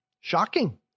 Shocking